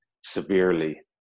severely